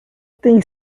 tem